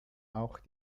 auch